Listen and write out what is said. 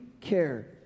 care